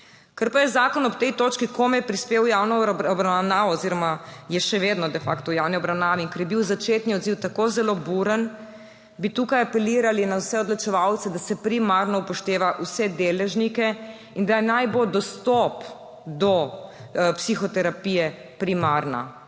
Ker pa je zakon ob tej točki komaj prispel v javno obravnavo oziroma je še vedno de facto v javni obravnavi in ker je bil začetni odziv tako zelo buren, bi tukaj apelirali na vse odločevalce, da se primarno upošteva vse deležnike in da naj bo dostop do psihoterapije primarno